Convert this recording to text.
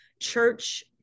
church